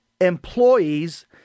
employees